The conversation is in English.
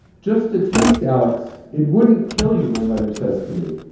just a taste, alex. it wouldn't kill you my mother says to me.